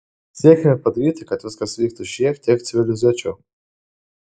siekiame padaryti kad viskas vyktų šiek tiek civilizuočiau